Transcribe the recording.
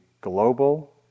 global